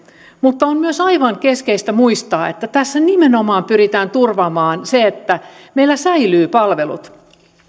mutta on myös aivan keskeistä muistaa että tässä nimenomaan pyritään turvaamaan se että meillä palvelut